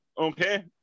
okay